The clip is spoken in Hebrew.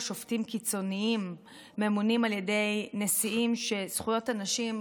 שופטים קיצוניים ממונים על ידי נשיאים שזכויות הנשים,